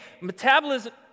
Metabolism